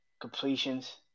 completions